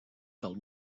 del